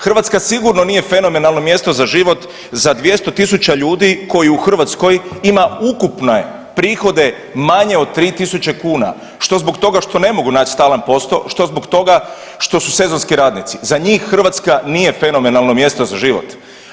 Hrvatska sigurno nije fenomenalno mjesto za život za 200.000 ljudi koji u Hrvatskoj ima ukupne prihode manje od 3.000 što zbog toga što ne mogu naći stalan posao, što zbog toga što su sezonski radnici, za njih Hrvatska nije fenomenalno mjesto za život.